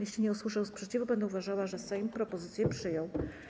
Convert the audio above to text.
Jeśli nie usłyszę sprzeciwu, będę uważała, że Sejm propozycję przyjął.